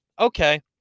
okay